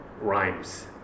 rhymes